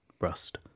rust